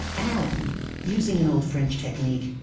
and using an old french technique,